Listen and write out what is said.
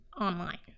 online